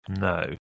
No